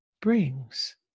brings